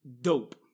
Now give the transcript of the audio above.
dope